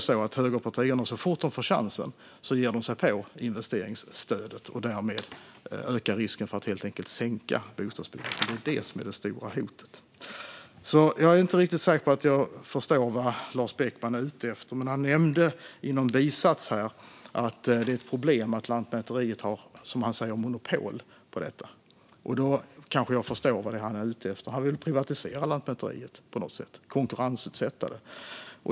Så fort högerpartierna får chansen ger de sig på investeringsstödet och ökar därmed risken för ett minskat bostadsbyggande. Det är detta som är det stora hotet. Jag är alltså inte riktigt säker på att jag förstår vad Lars Beckman är ute efter. Men han nämnde i någon bisats att det är ett problem att Lantmäteriet har, som han säger, monopol på detta. Och då kanske jag förstår vad det är han är ute efter: Han vill privatisera Lantmäteriet på något sätt, konkurrensutsätta det.